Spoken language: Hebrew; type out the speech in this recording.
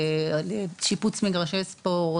שיפוץ מגרשי ספורט,